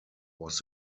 was